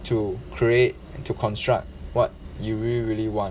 to create and to construct what you really really want